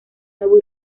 nuevo